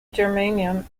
germanium